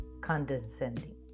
Condescending